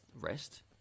rest